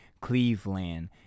Cleveland